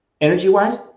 energy-wise